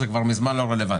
שכבר מזמן לא רלוונטי?